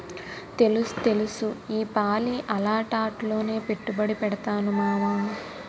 తెలుస్తెలుసు ఈపాలి అలాటాట్లోనే పెట్టుబడి పెడతాను మావా